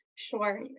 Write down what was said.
Sure